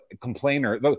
complainer